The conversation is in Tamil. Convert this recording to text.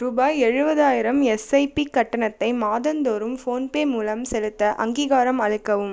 ரூபாய் எழுபதாயிரம் எஸ்ஐபி கட்டணத்தை மாதந்தோறும் ஃபோன்பே மூலம் செலுத்த அங்கீகாரம் அளிக்கவும்